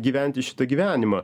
gyventi šitą gyvenimą